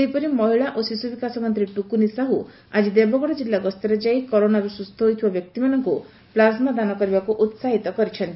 ସେହିପରି ମହିଳା ଓ ଶିଶୁ ବିକାଶ ମନ୍ତୀ ଟୁକୁନି ସାହୁ ଆକି ଦେବଗଡ଼ ଜିଲ୍ଲା ଗସ୍ତରେ ଯାଇ କରୋନାରୁ ସୁସ୍ଚ ହୋଇଥିବା ବ୍ୟକ୍ତିମାନଙ୍କୁ ପ୍ଲାଜ୍ମା ଦାନ କରିବାକୁ ଉସାହିତ କରିଛନ୍ତି